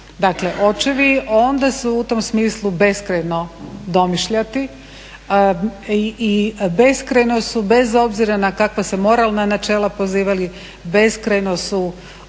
dakle očevi. Onda su u tom smislu beskrajno domišljati i beskrajno su bez obzira na kakva se moralna načela pozivali beskrajno su puno i